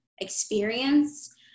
experience